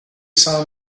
saw